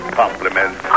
compliments